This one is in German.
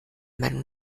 meinung